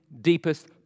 deepest